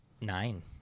Nine